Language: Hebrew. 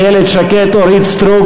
איילת שקד ואורית סטרוק,